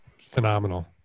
phenomenal